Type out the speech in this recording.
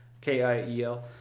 K-I-E-L